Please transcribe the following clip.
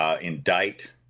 indict